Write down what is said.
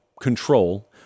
control